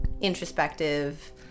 introspective